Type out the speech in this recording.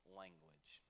language